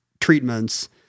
treatments